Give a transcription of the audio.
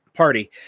party